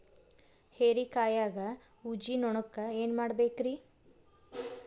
ಹೇರಿಕಾಯಾಗ ಊಜಿ ನೋಣಕ್ಕ ಏನ್ ಮಾಡಬೇಕ್ರೇ?